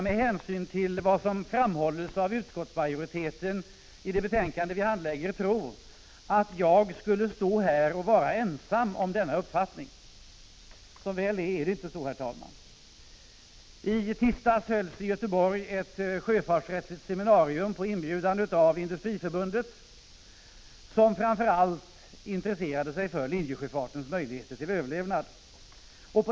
Med hänsyn till vad som framhålls av utskottsmajoriteten i det betänkande som vi nu handlägger skulle man kunna tro att jag vore ensam om denna uppfattning. Som väl är är det inte så, herr talman. I tisdags hölls i Göteborg på inbjudan av Industriförbundet ett sjöfartsrättsligt seminarium som framför allt intresserade sig för linjesjöfartens möjligheter till överlevnad.